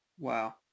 Wow